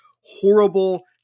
Horrible